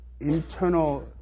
internal